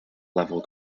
level